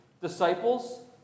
disciples